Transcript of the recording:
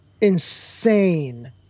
insane